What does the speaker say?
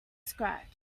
scratch